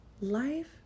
life